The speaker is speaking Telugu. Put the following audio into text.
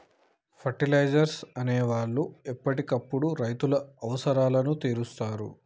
ఫెర్టిలైజర్స్ అనే వాళ్ళు ఎప్పటికప్పుడు రైతుల అవసరాలను తీరుస్తారు